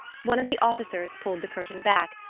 one of the officers pulled the curtain back,